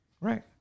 Right